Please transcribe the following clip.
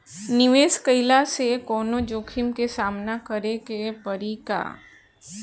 निवेश कईला से कौनो जोखिम के सामना करे क परि का?